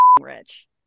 rich